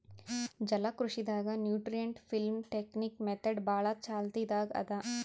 ಜಲಕೃಷಿ ದಾಗ್ nutrient film technique method ಭಾಳ್ ಚಾಲ್ತಿದಾಗ್ ಅದಾ